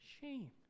Shame